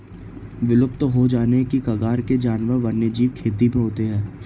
विलुप्त हो जाने की कगार के जानवर वन्यजीव खेती में होते हैं